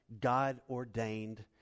God-ordained